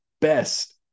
best